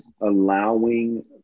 allowing